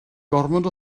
gormod